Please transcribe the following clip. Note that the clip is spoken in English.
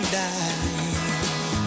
die